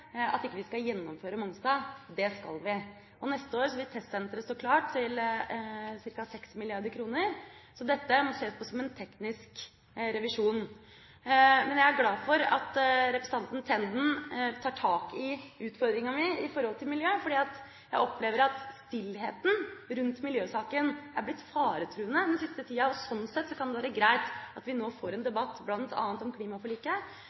at vi ikke skal gjennomføre prosjektet på Mongstad, det skal vi. Neste år vil testsenteret til ca. 6 mrd. kr stå klart. Så dette må ses på som en teknisk revisjon. Men jeg er glad for at representanten Tenden tar tak i utfordringa mi når det gjelder miljø, for jeg opplever at stillheten rundt miljøsaken er blitt faretruende den siste tida. Sånn sett kan det være greit at vi nå får en debatt bl.a. om klimaforliket,